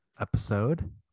episode